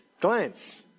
glance